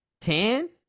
ten